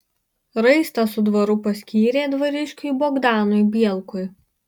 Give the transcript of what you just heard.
raistą su dvaru paskyrė dvariškiui bogdanui bielkui